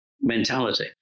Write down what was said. mentality